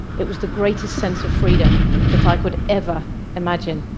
it was the greatest sense of freedom that i could ever imagine.